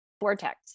vortex